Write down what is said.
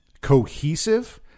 cohesive